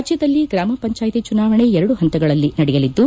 ರಾಜ್ಯದಲ್ಲಿ ಗ್ರಾಮಪಂಚಾಯಿತಿ ಚುನಾವಣೆ ಎರಡು ಪಂತಗಳಲ್ಲಿ ನಡೆಯಲಿದ್ದು